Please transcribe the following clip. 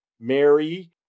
Mary